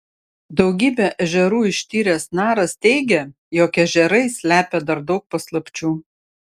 daugybę ežerų ištyręs naras teigia jog ežerai slepia dar daug paslapčių